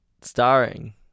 Starring